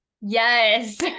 yes